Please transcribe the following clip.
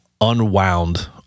unwound